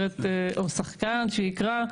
או שחקן שיקרא.